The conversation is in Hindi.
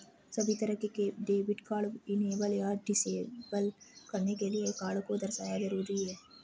सभी तरह के डेबिट कार्ड इनेबल या डिसेबल करने के लिये कार्ड को दर्शाना जरूरी नहीं है